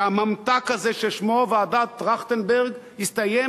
שהממתק הזה ששמו ועדת-טרכטנברג הסתיים